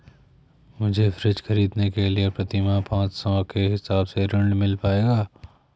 मुझे फ्रीज खरीदने के लिए प्रति माह पाँच सौ के हिसाब से ऋण मिल पाएगा?